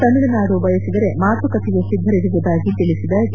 ತಮಿಳುನಾಡು ಬಯಸಿದರೆ ಮಾತುಕತೆಗೆ ಸಿದ್ದರಿರುವುದಾಗಿ ತಿಳಿಸಿದ ಡಿ